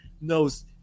knows